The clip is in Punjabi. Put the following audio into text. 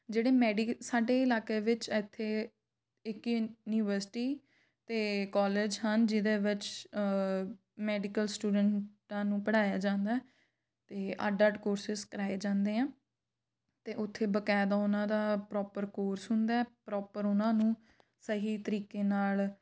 ਜਿਹੜੇ ਮੈਡੀ ਸਾਡੇ ਇਲਾਕੇ ਵਿੱਚ ਇੱਥੇ ਇੱਕ ਯੂਨੀਵਰਸਿਟੀ ਅਤੇ ਕੋਲਜ ਹਨ ਜਿਹਦੇ ਵਿੱਚ ਮੈਡੀਕਲ ਸਟੂਡੈਂਟਾਂ ਨੂੰ ਪੜ੍ਹਾਇਆ ਜਾਂਦਾ ਅਤੇ ਅੱਡ ਅੱਡ ਕੋਰਸਿਜ਼ ਕਰਾਏ ਜਾਂਦੇ ਆ ਅਤੇ ਉੱਥੇ ਬਕਾਇਦਾ ਉਹਨਾਂ ਦਾ ਪ੍ਰੋਪਰ ਕੋਰਸ ਹੁੰਦਾ ਪ੍ਰੋਪਰ ਉਹਨਾਂ ਨੂੰ ਸਹੀ ਤਰੀਕੇ ਨਾਲ